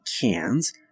cans